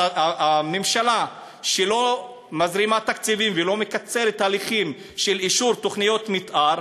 אז הממשלה שלא מזרימה תקציבים ולא מקצרת תהליכים של אישור תוכניות מתאר,